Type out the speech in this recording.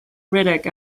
riddick